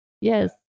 Yes